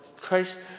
Christ